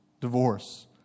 divorce